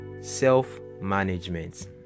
Self-management